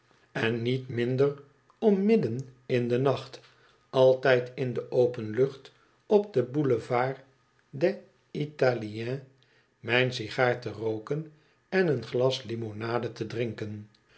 en niet minder om midden in den nacht altijd in de open lucht op de boulevard des italiens mijn sigaar te rooken en een glas limonade te drinken